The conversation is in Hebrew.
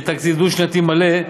יהיה תקציב דו-שנתי מלא,